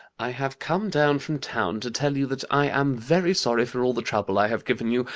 i have come down from town to tell you that i am very sorry for all the trouble i have given you,